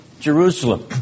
Jerusalem